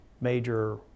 major